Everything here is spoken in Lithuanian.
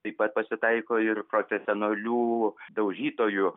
taip pat pasitaiko ir profesionalių daužytojų